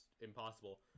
impossible